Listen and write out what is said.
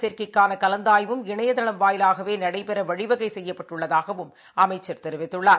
சேர்க்கைக்கானகலந்தாய்வும் மாணவர் இணயதளம் வாயிலாகவேநடைபெறவழிவகைசெய்யப்பட்டுள்ளதாகவும் அமைச்சர் கூறியுள்ளார்